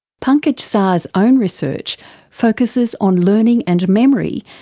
pankaj sahs's own research focusses on learning and memory,